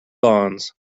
bonds